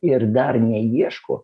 ir dar neieško